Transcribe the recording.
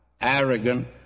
arrogant